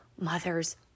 mother's